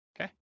Okay